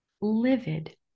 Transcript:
livid